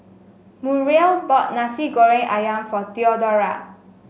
Muriel bought Nasi Goreng ayam for Theodora